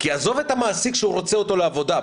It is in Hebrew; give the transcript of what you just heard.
עזוב את המעסיק שרוצה אותו לעבודה,